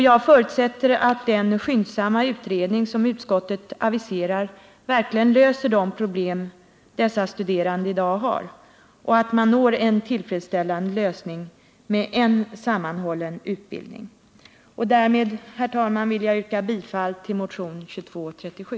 Jag förutsätter att den skyndsamma utredning som utskottet aviserar verkligen löser de problem dessa studerande i dag har och att man når en tillfredsställande lösning med en sammanhållen utbildning. Därmed, herr talman, vill jag yrka bifall till motionen 2237.